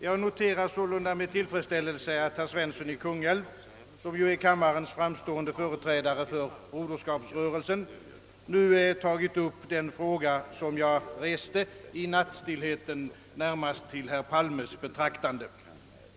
Jag noterar sålunda med tillfredsställelse, att herr Svensson i Kungälv, som ju är kammarens framstående företrädare för Broderskapsrörelsen, nu tagit upp den fråga jag ställde i nattstillheten, närmast till herr Palmes betraktande.